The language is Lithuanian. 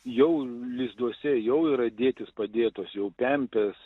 jau lizduose jau yra dėtys padėtos jau pempės